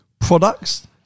products